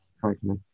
correctly